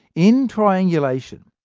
in triangulation,